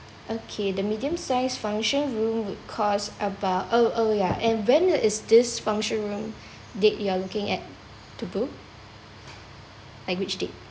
okay the medium size function room would cost about oh oh yeah and when is this function room did you are looking at to book like which date